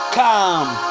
come